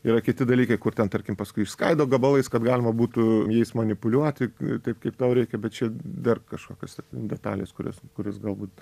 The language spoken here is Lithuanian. yra kiti dalykai kur ten tarkim paskui išskaido gabalais kad galima būtų jais manipuliuoti taip kaip tau reikia bet čia dar kažkokios detalės kurios kurias galbūt